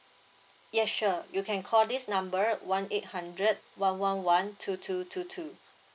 yes sure you can call this number one eight hundred one one one two two two two